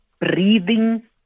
breathing